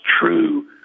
true